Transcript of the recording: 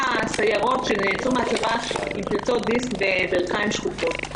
הסיירות שיצאו מן הצבא עם פריצות דיסק וברכיים שחוקות.